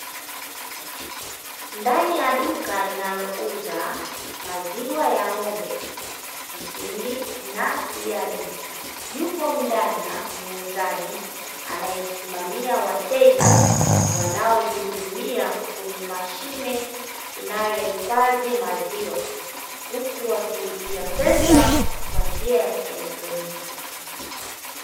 Ndani ya duka linalouza maziwa ya ng'ombe, mtindi na siagi, yupo mdada muuzaji anayesimamia wateja wanaojihudumia kwenye mashine inayohifadhi maziwa, huku wakilipia pesa kwa njia ya kieletroniki.